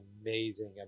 amazing